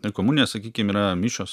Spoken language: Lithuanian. ir komunija sakykim yra mišios